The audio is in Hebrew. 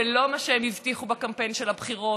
ולא מה שהם הבטיחו בקמפיין של הבחירות,